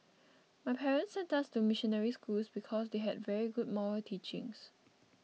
my parents sent us to missionary schools because they had very good moral teachings